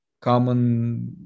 common